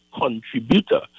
contributor